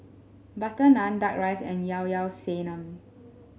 butter naan duck rice and Llao Llao Sanum